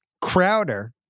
Crowder